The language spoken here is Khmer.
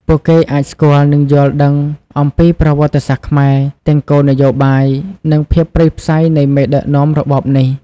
ពួកគេអាចស្គាល់ និងយល់ដឹងអំពីប្រវត្តសាស្រ្តខ្មែរ ទាំង គោលនយោបាយ និងភាពព្រៃផ្សៃនៃមេដឹកនាំរបបនេះ។